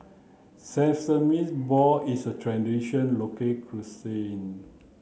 sesames ball is a traditional local cuisine